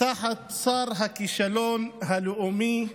תחת שר הכישלון הלאומי,